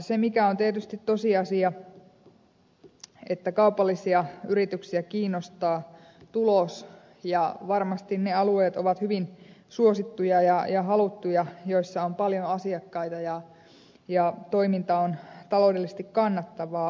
se mikä on tietysti tosiasia on että kaupallisia yrityksiä kiinnostaa tulos ja varmasti ne alueet ovat hyvin suosittuja ja haluttuja joissa on paljon asiakkaita ja toiminta on taloudellisesti kannattavaa